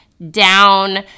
down